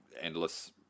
endless